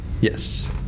Yes